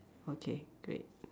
okay great